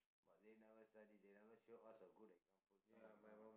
but they never study they never show us a good example some err ah